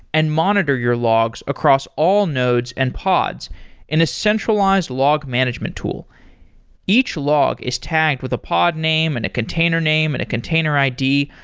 and monitor your logs across all nodes and pods in a centralized log management tool each log is tagged with the pod name, and a container name, and a container id,